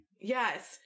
Yes